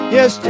Yes